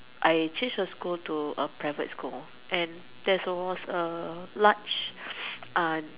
I change her school to a private school and that was a large uh